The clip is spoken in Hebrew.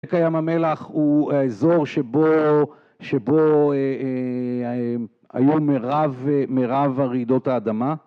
שקע ים המלח הוא האזור שבו היו מירב רעידות האדמה.